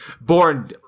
Born